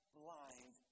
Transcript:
blind